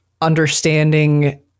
understanding